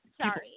Sorry